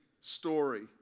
story